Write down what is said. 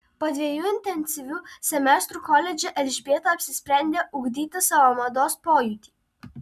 po dviejų intensyvių semestrų koledže elžbieta apsisprendė ugdyti savo mados pojūtį